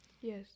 Yes